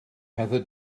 heather